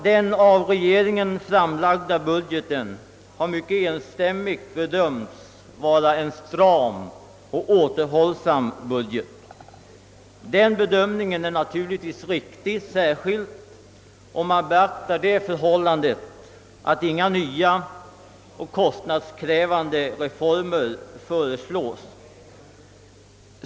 Den av regeringen framlagda budgeten har mycket enstämmigt bedömts som en stram och återhållsam budget. Denna bedömning är naturligtvis riktig, särskilt om man beaktar det förhållandet att inga nya och kostnadskrävande reformer föreslås.